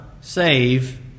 save